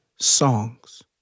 songs